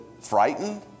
frightened